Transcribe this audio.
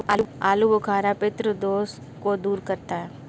आलूबुखारा पित्त दोष को दूर करता है